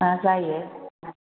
मा जायो